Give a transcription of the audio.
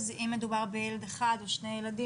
אם מדובר בילד אחד או שני ילדים,